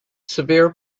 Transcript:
severe